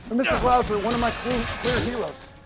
mr. glauzer, one of my clear clear heroes.